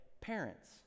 parents